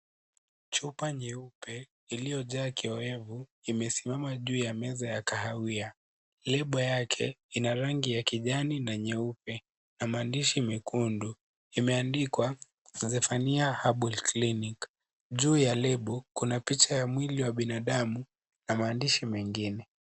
Chupa nyeupe iliyojaa kioevu imesimama juu ya meza ya kahawia . Lebo yake ina rangi ya kijani na nyeupe na maandishi mekundu . Imeandikwa , Zephania Herbal Clinic . Juu ya lebo kuna picha ya mwili wa binadamu na maandishi mengine.